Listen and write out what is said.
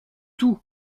tout